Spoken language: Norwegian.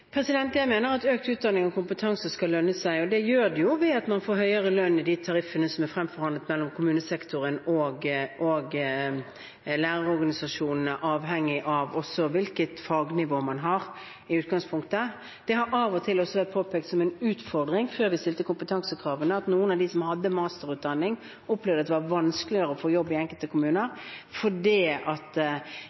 Jeg mener at økt utdanning og kompetanse skal lønne seg, og det gjør det jo ved at man får høyere lønn i tariffene som er fremforhandlet mellom kommunesektoren og lærerorganisasjonene – også avhengig av hvilket fagnivå man har i utgangspunktet. Det har av og til vært påpekt som en utfordring – før vi stilte kompetansekravene – at noen av dem som hadde masterutdanning, opplevde at det var vanskeligere å få jobb i enkelte kommuner fordi